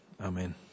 Amen